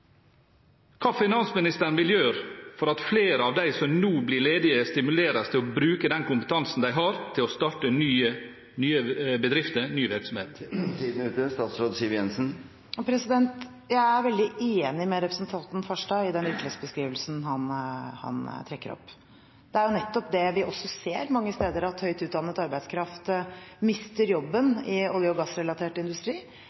hva finansministeren vil gjøre for at flere av dem som nå blir ledige, stimuleres til å bruke den kompetansen de har til å starte nye bedrifter, nye virksomheter. Jeg er veldig enig med representanten Farstad i den virkelighetsbeskrivelsen han trekker opp. Det er nettopp dette også vi ser mange steder, at høyt utdannet arbeidskraft mister jobben i olje- og gassrelatert industri,